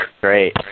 Great